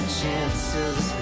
chances